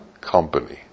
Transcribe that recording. company